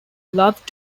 love